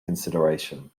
consideration